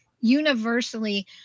Universally